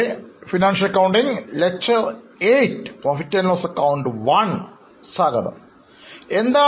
Financial accounting ൻറെ അടുത്ത സെഷനുകളിലേക്ക് എല്ലാവരെയും സ്വാഗതം ചെയ്യുന്നു